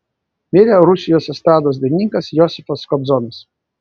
mirė rusijos estrados dainininkas josifas kobzonas